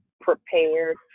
prepared